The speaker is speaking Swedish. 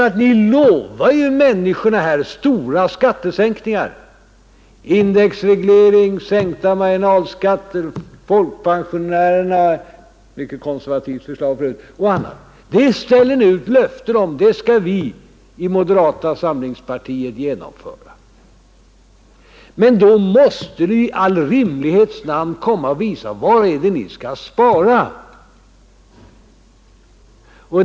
Ni lovar ju människorna stora skattesänkningar, sänkta marginalskatter och indexreglering av skatteskalorna! Ett mycket konservativt förslag för övrigt. Ni ger löften om att det skall moderata samlingspartiet genomföra. Men då måste ni i all rimlighets namn visa var ni skall spara.